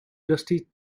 dusty